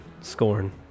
Scorn